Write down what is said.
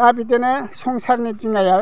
दा बिदिनो संसारनि दिङाया